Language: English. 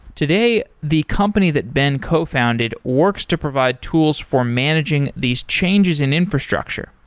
today, the company that ben cofounded works to provide tools for managing these changes in infrastructure.